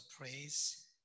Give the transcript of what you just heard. praise